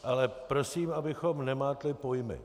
Ale prosím, abychom nemátli pojmy.